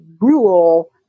rule